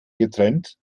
getrennt